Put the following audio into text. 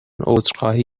عذرخواهی